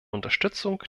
unterstützung